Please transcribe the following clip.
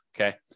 okay